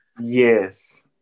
yes